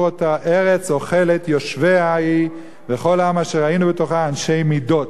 אתה ארץ אכלת יושביה היא וכל העם אשר ראינו בתוכה אנשי מידות"